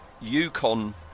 Yukon